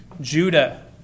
Judah